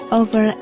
over